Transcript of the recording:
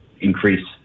increase